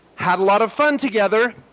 had a lot of fun together,